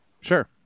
Sure